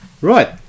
Right